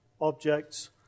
objects